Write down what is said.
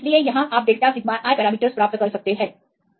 इसलिए यहां आप डेल्टा सिग्मा i पैरामीटरस प्राप्त कर सकते हैं